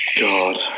God